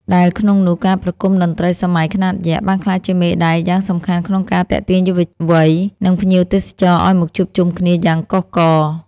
ដែលក្នុងនោះការប្រគំតន្ត្រីសម័យខ្នាតយក្ស បានក្លាយជាមេដែកយ៉ាងសំខាន់ក្នុងការទាក់ទាញយុវវ័យ និងភ្ញៀវទេសចរឱ្យមកជួបជុំគ្នាយ៉ាងកុះករ។